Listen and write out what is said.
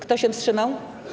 Kto się wstrzymał?